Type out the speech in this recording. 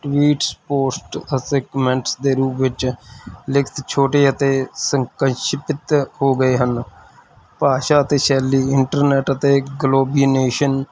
tweets post ਅਤੇ comments ਦੇ ਰੂਪ ਵਿੱਚ ਲਿਖਤ ਛੋਟੇ ਅਤੇ ਸੰਕੰਸ਼ਿਪਿਤ ਹੋ ਗਏ ਹਨ ਭਾਸ਼ਾ ਅਤੇ ਸ਼ੈਲੀ ਇੰਟਰਨੈਟ ਅਤੇ ਗਲੋਬੀਨੇਸ਼ਨ